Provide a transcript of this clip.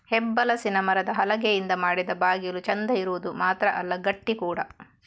ಹೆಬ್ಬಲಸಿನ ಮರದ ಹಲಗೆಯಿಂದ ಮಾಡಿದ ಬಾಗಿಲು ಚಂದ ಇರುದು ಮಾತ್ರ ಅಲ್ಲ ಗಟ್ಟಿ ಕೂಡಾ